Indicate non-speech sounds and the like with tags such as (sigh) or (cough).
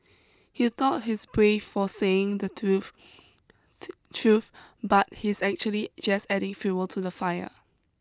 he thought he's brave for saying the truth (unintelligible) truth but he's actually just adding fuel to the fire